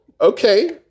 okay